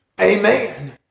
Amen